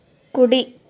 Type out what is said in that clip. కుడి